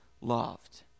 loved